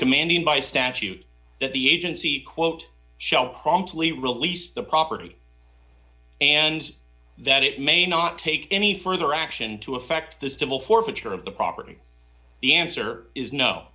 commanded by statute that the agency quote shall promptly release the property and that it may not take any further action to affect the civil forfeiture of the property the answer is no